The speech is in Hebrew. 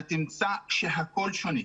אתה תמצא שהכול שונה.